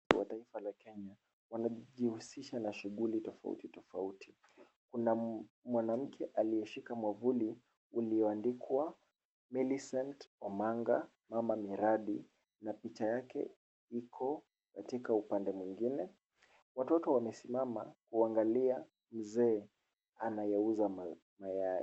Wa taifa la Kenya wanajihusisha na shughuli tofauti tofauti. Kuna mwanamke aliyeshika mwavuli ulioandikwa Millicent Omanga Mama Miradi na picha yake iko katika upande mwingine. Watoto wamesimama kuangalia mzee anayeuza mayai.